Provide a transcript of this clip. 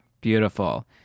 beautiful